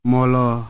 Molo